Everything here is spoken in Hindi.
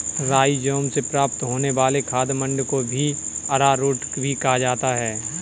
राइज़ोम से प्राप्त होने वाले खाद्य मंड को भी अरारोट ही कहा जाता है